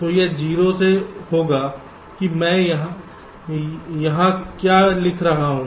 तो यह 0 से होगा कि मैं यहां क्या कुछ लिख रहा हूं